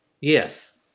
Yes